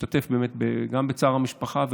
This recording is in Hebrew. משתתף באמת בצער המשפחה,